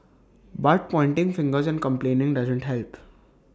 but pointing fingers and complaining doesn't help